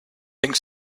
think